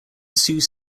sioux